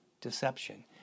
deception